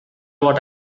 what